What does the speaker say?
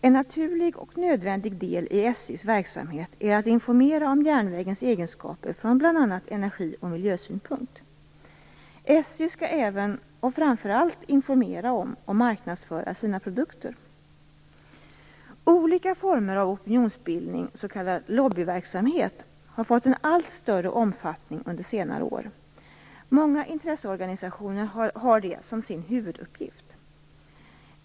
En naturlig och nödvändig del i SJ:s verksamhet är att informera om järnvägens egenskaper från bl.a. energi och miljösynpunkt. SJ skall även och framför allt informera om och marknadsföra sina produkter. Olika former av opinionsbildning, s.k. lobbyverksamhet, har fått en allt större omfattning under senare år. Många intresseorganisationer har det som sin huvuduppgift.